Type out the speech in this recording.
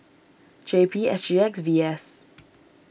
J P S G X V S